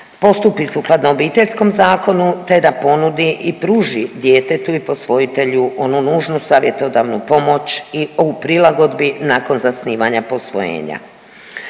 postupi sukladno Obiteljskom zakonu te da ponudi i pruži djetetu i posvojitelju onu nužnu savjetodavnu pomoć u prilagodbi nakon zasnivanja posvojenja.